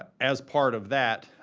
ah as part of that,